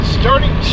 starting